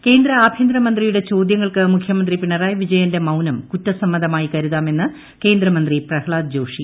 പ്രഹ്ളാദ് ജോഷി കേന്ദ്ര ആഭ്യന്തര മന്ത്രിയുടെ ചോദ്യങ്ങൾക്ക് മുഖ്യമന്ത്രി പിണറായി വിജയന്റെ മൌനം കുറ്റസമ്മതമായി കരുതാർമുന്ന് കേന്ദ്ര മന്ത്രി പ്രഹ്ളാദ് ജോഷി